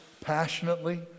passionately